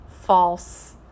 false